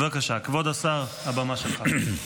בבקשה, כבוד השר, הבמה שלך.